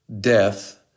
death